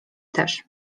też